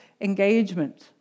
engagement